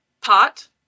Pot